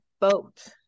boat